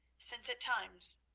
since at times,